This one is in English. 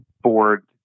board